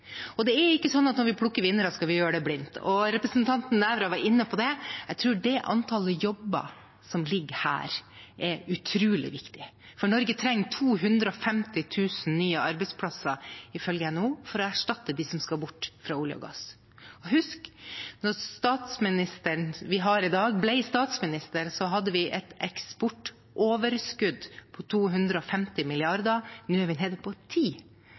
Det er ikke sånn at når vi plukker vinnere, skal vi gjøre det blindt. Representanten Nævra var inne på det. Jeg tror det antallet jobber som ligger her, er utrolig viktig, for Norge trenger ifølge NHO 250 000 nye arbeidsplasser for å erstatte dem som skal bort fra olje og gass. Husk at da statsministeren vi har i dag, ble statsminister, hadde vi et eksportoverskudd på 250 mrd. kr. Nå er vi nede på 10 mrd. kr. Olje og gass går ned